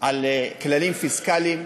על כללים פיסקליים.